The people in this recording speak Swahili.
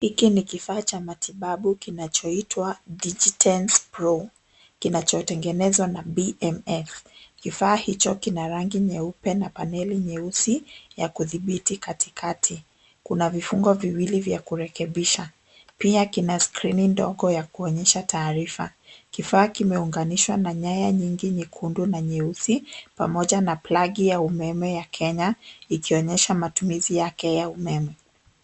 Hiki ni kifaa cha matibabu kinachoitwa Digi tens Pro, kinachotegenezwa na BMS. Kifaa hicho kina rangi nyeupe na paneli nyeusi ya kudhibiti katikati. Kuna vifungo viwili vya kurekebisha. Pia kina skrini ndogo ya kuonyesha taarifa. Kifaa kimeunganishwa na nyaya nyingi nyekundu na nyeusi pamoja na plagi ya umeme ya Kenya, ikionyesha matumizi yake ya umeme.